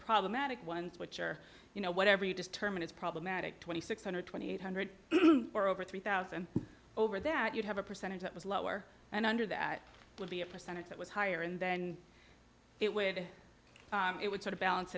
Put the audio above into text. problematic ones which are you know whatever you just term it is problematic twenty six hundred twenty eight hundred or over three thousand over that you have a percentage that was lower and under that would be a percentage that was higher and then it would it would sort of balance